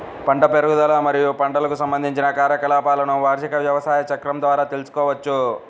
పంట పెరుగుదల మరియు పంటకు సంబంధించిన కార్యకలాపాలను వార్షిక వ్యవసాయ చక్రం ద్వారా తెల్సుకోవచ్చు